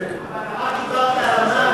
אבל אם דיברת על המע"מ,